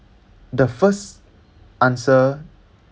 the first answer